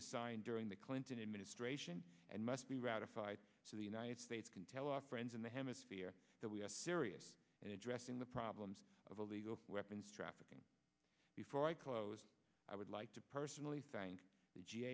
was signed during the clinton administration and must be ratified to the united states can tell our friends in the hemisphere that we are serious in addressing the problems of illegal weapons trafficking before i close i would like to personally thank the g